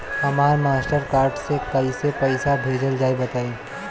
हमरा Mastercard से कइसे पईसा भेजल जाई बताई?